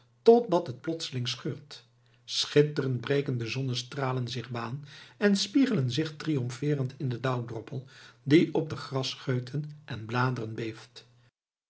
totdat het plotseling scheurt schitterend breken de zonnestralen zich baan en spiegelen zich triomfeerend in den dauwdroppel die op de grasscheuten en bladeren beeft